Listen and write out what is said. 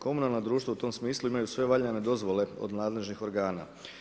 Komunalna društva u tom smislu imaju sve valjane dozvole od nadležnih organa.